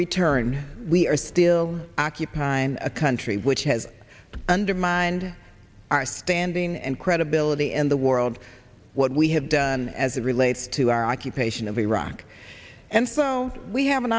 return we are still occupying a country which has undermined our standing and credibility in the world what we have done as it relates to our occupation of iraq and follow we have an